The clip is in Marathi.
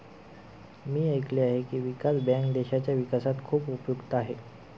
मी ऐकले आहे की, विकास बँक देशाच्या विकासात खूप उपयुक्त आहे